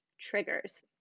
triggers